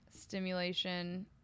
stimulation